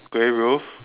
square roof